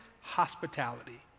hospitality